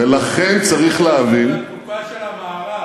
ולכן צריך להבין, זה מהתקופה של המערך.